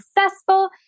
successful